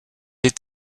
est